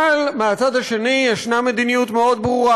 אבל מהצד האחר ישנה מדיניות ברורה